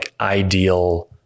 ideal